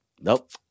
Nope